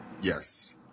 Yes